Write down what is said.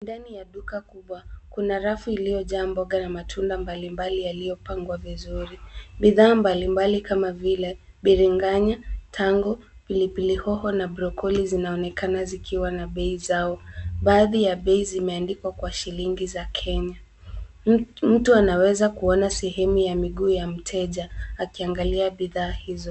Ndani ya duka kubwa, kuna rafu iliyojaa mboga na matunda mbalimbali yaliyopangwa vizuri. Bidhaa mbalimbali kama vile biringanya, tango, pilipili hoho, na brokoli zinaonekana zikiwa na bei zao. Baadhi ya bei zimeandikwa kwa shilingi za Kenya. Mtu anaweza kuona sehemu ya miguu ya mteja, akiangalia bidhaa hizo.